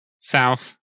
South